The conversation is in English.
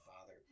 father